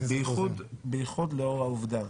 ביחוד לאור העובדה